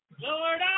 Lord